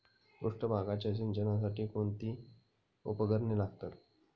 पृष्ठभागाच्या सिंचनासाठी कोणती उपकरणे लागतात?